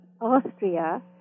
Austria